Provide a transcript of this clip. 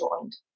joined